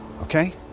Okay